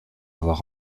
avoir